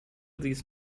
these